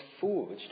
forged